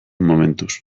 momentuz